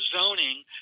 zoning